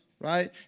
right